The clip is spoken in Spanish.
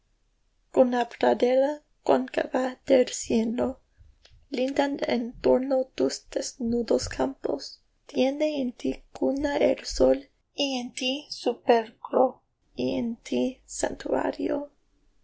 con la pradera cóncava del cielo lindan en torno tus desnudos campos tiene en tí cuna el sol y en tí sepulcro y en tí